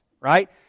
right